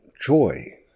joy